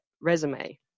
resume